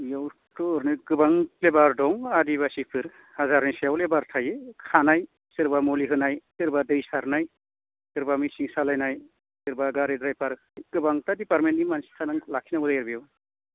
बेयावथ' ओरैनो गोबां लेबार दं आदिबासिफोर हाजारनि सायाव लेबार थायो खानाय सोरबा मुलि होनाय सोरबा दै सारनाय सोरबा मेचिन सालायनाय सोरबा गारि ड्राइभार गोबांथार डिपार्टमेन्टनि मानसिफोर लाखिनांगौ जायो बेयाव